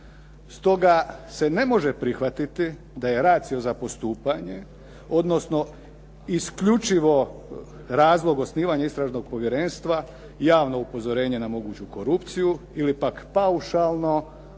Stoga se ne može prihvatiti da je racio za postupanje, odnosno isključivo razlog osnivanja istražnog povjerenstva javno upozorenje na moguću korupciju ili pak paušalno